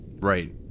Right